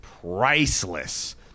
priceless